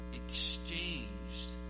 exchanged